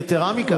יתרה מכך